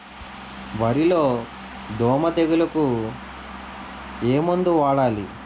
వరిలో దోమ తెగులుకు ఏమందు వాడాలి?